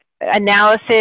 analysis